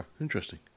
interesting